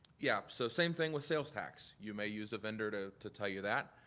yeah. so same thing with sales tax. you may use a vendor to to tell you that.